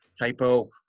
Typo